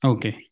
Okay